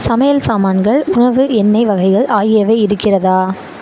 சமையல் சாமான்கள் உணவு எண்ணெய் வகைகள் ஆகியவை இருக்கிறதா